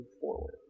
forward